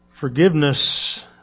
Forgiveness